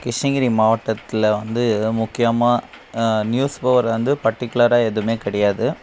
கிருஷ்ணகிரி மாவட்டத்தில் வந்து எதோ முக்கியமாக நியூஸ் போடுகிறது வந்து பர்டிகுலராக எதுவுமே கிடையாது